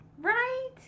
Right